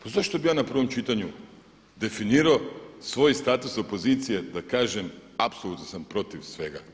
Pa zašto bih ja na prvom čitanju definirao svoj status opozicije da kažem apsolutno sam protiv svega.